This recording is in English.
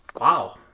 Wow